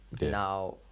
Now